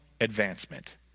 advancement